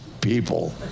people